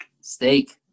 Steak